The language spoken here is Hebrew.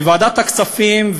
בוועדת הכספים,